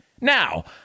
Now